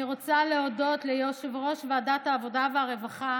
אני רוצה להודות ליושבת-ראש ועדת העבודה והרווחה